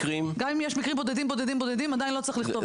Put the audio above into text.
גם אם יש מקרים בודדים-בודדים עדיין לא צריך לכתוב את זה.